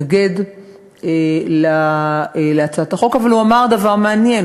והתנגד להצעת החוק, אבל הוא אמר דבר מעניין.